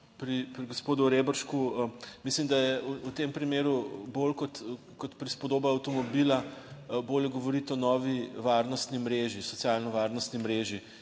pri gospodu Reberšku, mislim, da je v tem primeru bolj kot prispodoba avtomobila bolje govoriti o novi varnostni mreži, socialno varnostni mreži,